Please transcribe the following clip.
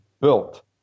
built